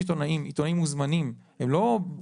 יש עיתונאים, עיתונאים מוזמנים, הם לא מתגנבים.